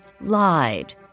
lied